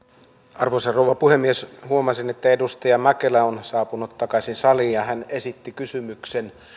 arvoisa rouva puhemies huomasin että edustaja mäkelä on saapunut takaisin saliin ja hän esitti kysymyksen